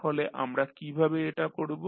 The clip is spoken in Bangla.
তাহলে আমরা কিভাবে এটা করব